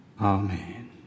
Amen